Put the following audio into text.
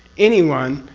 anyone.